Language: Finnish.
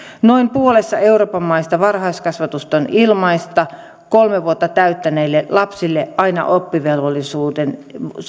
noin puolessa euroopan maista varhaiskasvatus on ilmaista kolme vuotta täyttäneille lapsille aina oppivelvollisuuden